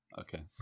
okay